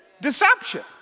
deception